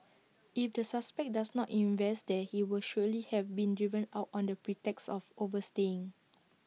if the suspect does not invest there he would surely have been driven out on the pretext of overstaying